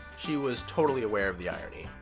she was totally aware of the irony.